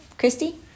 Christy